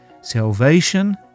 Salvation